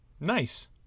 Nice